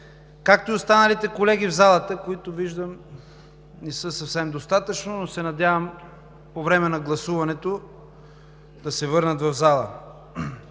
както и останалите колеги в залата, които виждам не са съвсем достатъчно, но се надявам по време на гласуването да се върнат в залата.